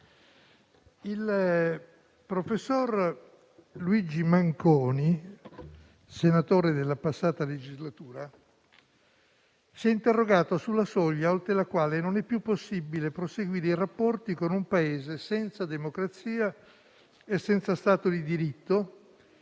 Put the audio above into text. il professor Luigi Manconi, senatore della passata legislatura, si è interrogato sulla soglia oltre la quale non è più possibile proseguire i rapporti con un Paese senza democrazia e senza Stato di diritto